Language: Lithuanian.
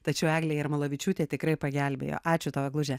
tačiau eglė jarmalavičiūtė tikrai pagelbėjo ačiū tau egluže